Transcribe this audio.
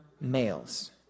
males